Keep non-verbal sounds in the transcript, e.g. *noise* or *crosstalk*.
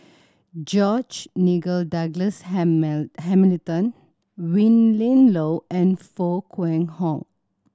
George Nigel Douglas *unintelligible* Hamilton Willin Low and Foo Kwee Horng